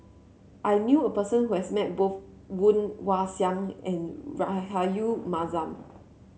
I knew a person who has met both Woon Wah Siang and Rahayu Mahzam